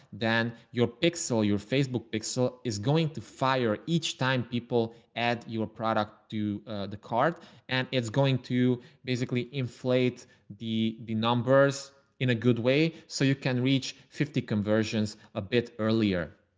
then your picks or your facebook pixel is going to fire. each time people add your product to the card and it's going to basically inflate the the numbers in a good way so you can reach fifty conversions a bit earlier.